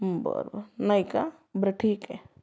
बरं बरं नाही का बरं ठीक आहे